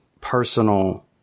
personal